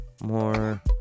more